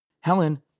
Helen